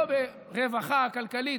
לא ברווחה כלכלית,